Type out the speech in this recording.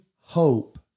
hope